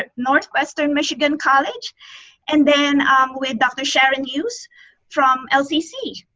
ah northwestern michigan college and then with dr. sharon hughes from lcc.